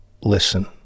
listen